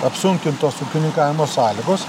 apsunkintos ūkininkavimo sąlygos